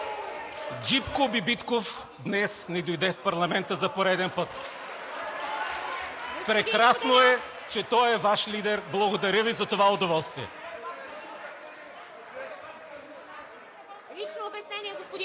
Джипко Бибитков днес не дойде в парламента за пореден път! Прекрасно е, че той е Ваш лидер! Благодаря Ви за това удоволствие. (Шум и реплики